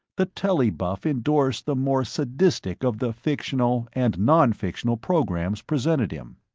the telly buff endorsed the more sadistic of the fictional and nonfictional programs presented him.